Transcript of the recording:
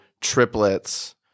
triplets